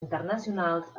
internacionals